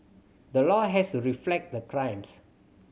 the law has to reflect the crimes